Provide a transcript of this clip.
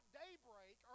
daybreak